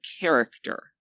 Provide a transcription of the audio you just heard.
character